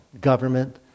Government